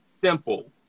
Simple